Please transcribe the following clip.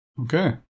Okay